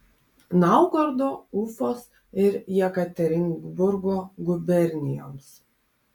naugardo ufos ir jekaterinburgo gubernijoms